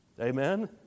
Amen